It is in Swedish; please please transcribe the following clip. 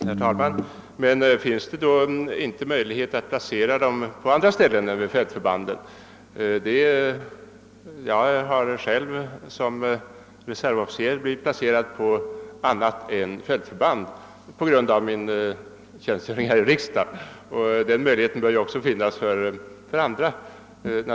Herr talman! Men finns det då inte möjlighet att placera sjukvårdare utan vapenutbildning på andra ställen än i fältförband? Jag har själv som reservofficer blivit placerad på annat ställe än fältförband på grund av min tjänstgöring här i riksdagen. Denna möjlighet bör naturligtvis också finnas för andra.